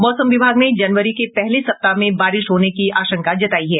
मौसम विभाग ने जनवरी के पहले सप्ताह में बारिश होने की आशंका जतायी है